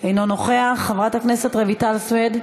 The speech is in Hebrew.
אינו נוכח, חברת הכנסת רויטל סויד,